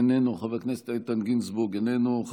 איננו, חבר הכנסת איתן גינזבורג, איננו.